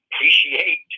appreciate